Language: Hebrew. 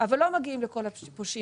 אבל לא מגיעים לכל הפושעים.